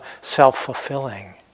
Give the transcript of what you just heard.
self-fulfilling